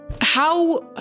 How-